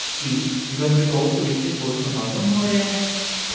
ਕੀ ਗੰਗਟੋਕ ਵਿੱਚ ਕੋਈ ਸਮਾਗਮ ਹੋ ਰਿਹਾ ਹੈ